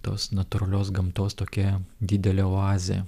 tos natūralios gamtos tokia didelė oazė